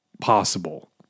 possible